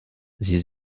sie